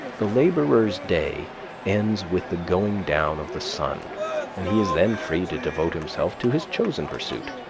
the laborer's day ends with the going down of the sun and he is then free to devote himself to his chosen pursuit,